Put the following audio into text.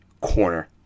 corner